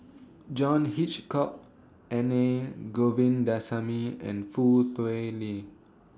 John Hitchcock any Govindasamy and Foo Tui Liew